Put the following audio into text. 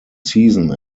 season